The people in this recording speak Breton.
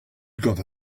gant